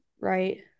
right